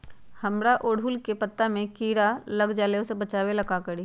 हमरा ओरहुल के पत्ता में किरा लग जाला वो से बचाबे ला का करी?